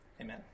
Amen